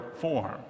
form